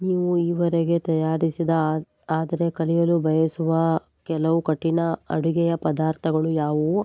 ನೀವು ಈವರೆಗೆ ತಯಾರಿಸಿದ ಆದರೆ ಕಲಿಯಲು ಬಯಸುವ ಕೆಲವು ಕಠಿಣ ಅಡುಗೆ ಪದಾರ್ಥಗಳು ಯಾವುವು